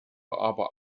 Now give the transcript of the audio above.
aber